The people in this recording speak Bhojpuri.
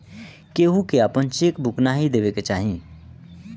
केहू के आपन चेक बुक नाइ देवे के चाही